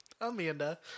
Amanda